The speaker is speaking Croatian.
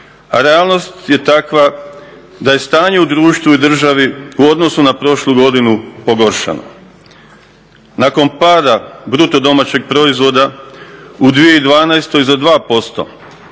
A realnost je takva da je stanje u društvu i državi u odnosu na prošlu godinu pogoršano. Nakon pada BDP-a u 2012. za 2%,